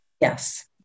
Yes